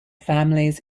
families